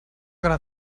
gonna